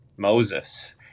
Moses